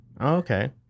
Okay